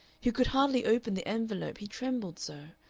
he could hardly open the envelope, he trembled so.